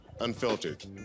Unfiltered